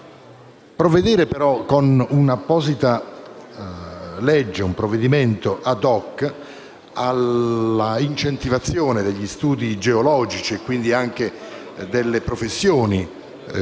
Provvedere, però, con un apposito provvedimento *ad hoc* alla incentivazione degli studi geologici, quindi anche delle professioni della